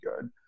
good